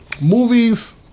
movies